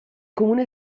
comune